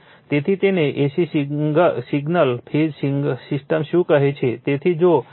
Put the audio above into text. તેથી તેને AC signal phase system શું કહે છે